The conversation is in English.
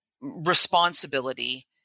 responsibility